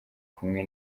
kumwe